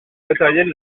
matériel